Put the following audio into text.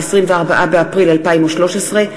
24 באפריל 2013,